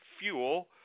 fuel